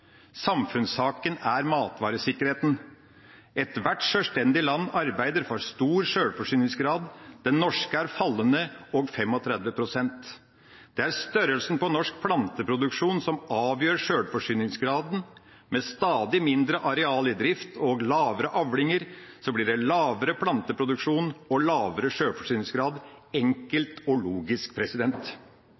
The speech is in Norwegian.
Samfunnssaken er matvaresikkerheten. Ethvert sjølstendig land arbeider for stor sjølforsyningsgrad. Den norske er fallende og på 35 pst. Det er størrelsen på norsk planteproduksjon som avgjør sjølforsyningsgraden. Med stadig mindre areal i drift og lavere avlinger blir det lavere planteproduksjon og lavere sjølforsyningsgrad – enkelt og logisk.